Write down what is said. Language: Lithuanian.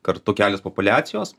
kartu kelios populiacijos